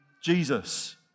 Jesus